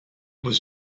was